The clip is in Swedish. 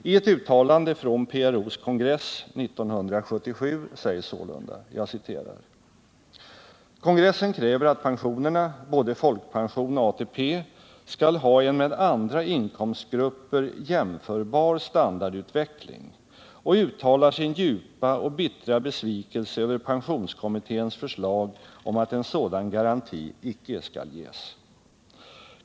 I ett uttalande från PRO:s kongress 1977 sägs sålunda: ”Kongressen kräver att pensionerna — både folkpension och ATP — skall ha en med andra inkomstgrupper jämförbar standardutveckling och uttalar sin djupa och bittra besvikelse över pensionskommitténs förslag om att sådan garanti icke skall ges.